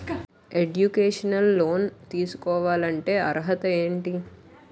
Educational loan తీసుకోవాలంటే అర్హత ఏంటి?